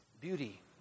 beauty